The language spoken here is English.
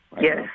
Yes